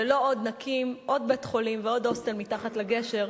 ולא נקים עוד בית-חולים ועוד הוסטל מתחת לגשר,